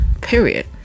Period